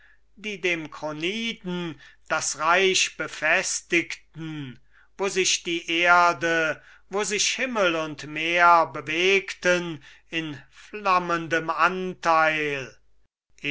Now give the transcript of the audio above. die dem kroniden das reich befestigten wo sich die erde wo sich himmel und meer bewegten in flammendem anteil